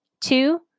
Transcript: two